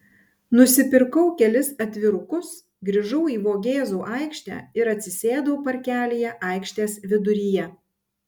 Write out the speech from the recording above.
nusipirkau kelis atvirukus grįžau į vogėzų aikštę ir atsisėdau parkelyje aikštės viduryje